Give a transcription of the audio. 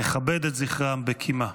נכבד את זכרם בקימה.